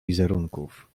wizerunków